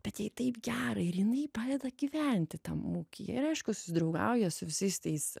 bet jai taip gera ir jinai padeda gyventi tam ūkyje ir aišku susidraugauja su visais tais